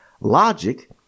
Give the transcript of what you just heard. logic